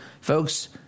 folks—